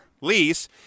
lease